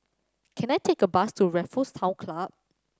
can I take a bus to Raffles Town Club